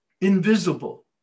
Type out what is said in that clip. invisible